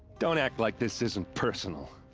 don't act like this isn't personal!